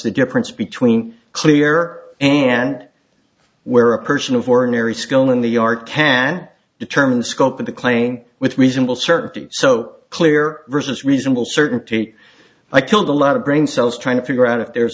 the difference between clear and where a person of ordinary skill in the yard can determine the scope of the claim with reasonable certainty so clear versus reasonable certainty i killed a lot of brain cells trying to figure out if there's